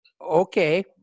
okay